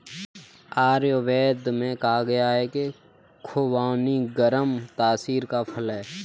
आयुर्वेद में कहा गया है कि खुबानी गर्म तासीर का फल है